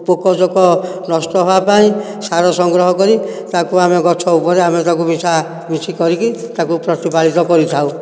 ପୋକ ଜୋକ ନଷ୍ଟ ହେବା ପାଇଁ ସାର ସଂଗ୍ରହ କରି ତାକୁ ଆମେ ଗଛ ଉପରେ ଆମେ ତାକୁ ବଛା ବଛି କରିକି ତାକୁ ପ୍ରତିପାଳିତ କରିଥାଉ